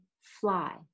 fly